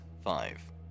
five